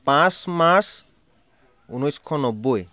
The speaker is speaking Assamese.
পাঁচ মাৰ্চ ঊনৈছশ নব্বৈ